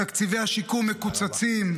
תקציבי השיקום מקוצצים,